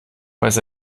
weiß